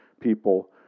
people